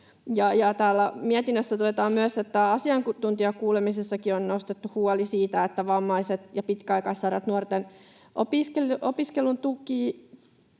Täällä mietinnössä todetaan myös, että asiantuntijakuulemisissakin on nostettu huoli vammaisten ja pitkäaikaissairaiden nuorten opiskelun tuesta